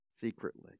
secretly